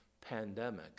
pandemic